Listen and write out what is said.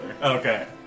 Okay